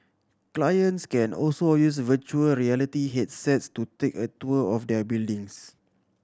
clients can also use virtual reality headsets to take a tour of their buildings